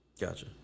Gotcha